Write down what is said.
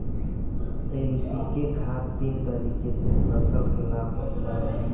NPK खाद तीन तरीके से फसल के लाभ पहुंचावेला